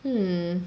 hmm